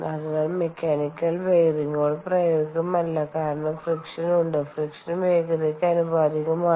അതിനാൽ മെക്കാനിക്കൽ ബെയറിംഗുകൾ പ്രായോഗികമല്ല കാരണം ഫ്രിക്ഷൻ ഉണ്ട് ഫ്രിക്ഷൻ വേഗതയ്ക്ക് ആനുപാതികമാണ്